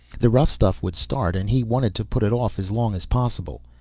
the rough stuff would start and he wanted to put it off as long as possible.